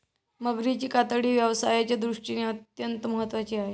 मगरीची कातडी व्यवसायाच्या दृष्टीने अत्यंत महत्त्वाची आहे